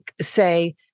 say